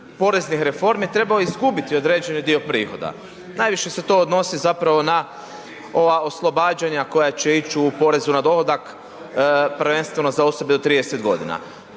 poreznih reformi trebao izgubiti određeni dio prihoda. Najviše se to odnosi zapravo na ova oslobađanja koja će ići u porezu na dohodak prvenstveno za osobe do 30 godina.